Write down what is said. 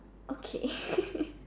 okay